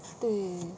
对